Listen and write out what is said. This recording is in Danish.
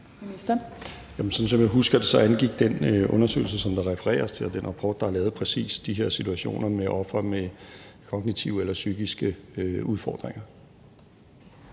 jeg husker det, angik den undersøgelse og rapport, der er lavet, og som der refereres til, præcis de her situationer med ofre med kognitive eller psykiske udfordringer.